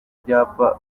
ibyapa